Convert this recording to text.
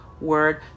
word